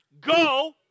Go